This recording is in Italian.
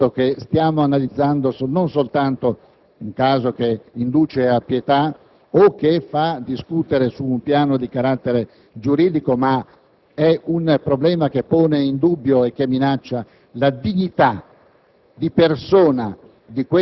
Non ci rendiamo conto che stiamo analizzando non soltanto un caso che induce a pietà o che fa discutere su un piano di carattere giuridico, ma un problema che pone in dubbio e minaccia la dignità